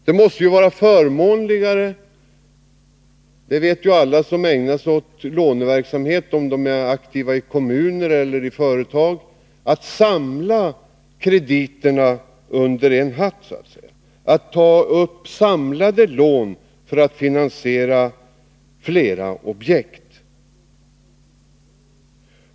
Det måste vara förmånligare — det vet alla som ägnar sig åt låneverksamhet som aktiva i kommuner eller i företag — att så att säga samla krediterna under en hatt, att ta upp samlade lån för att finansiera flera objekt.